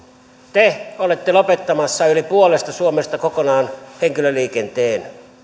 te olette lopettamassa yli puolesta suomesta kokonaan henkilöliikenteen